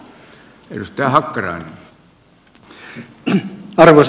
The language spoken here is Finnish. arvoisa puhemies